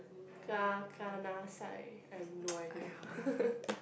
ka kanasai I have no idea